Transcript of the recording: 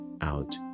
out